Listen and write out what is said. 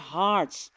hearts